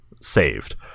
saved